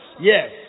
yes